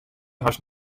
hast